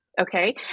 okay